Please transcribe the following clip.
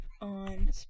on